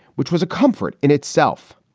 which was a comfort in itself.